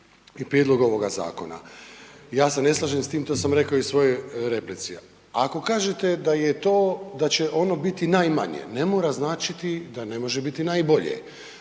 i prijedlogu ovoga zakona. Ja se ne slažem s tim, to sam rekao i u svojoj replici. Ako kažete da je to, da će ono biti najmanje, ne mora značiti da ne može biti najbolje.